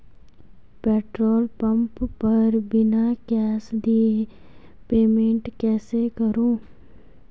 Petrol pump पर बिना cash दिए पेमेंट कैसे करूँ?